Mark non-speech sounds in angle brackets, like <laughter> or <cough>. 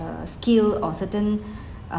uh skill or certain <breath> uh